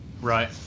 Right